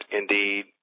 indeed